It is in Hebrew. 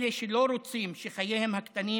אלה שלא רוצים שחייהם הקטנים